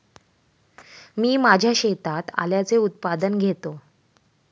मी माझ्या शेतात आल्याचे उत्पादन घेतो